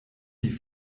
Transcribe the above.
die